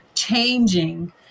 changing